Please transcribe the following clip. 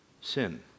sin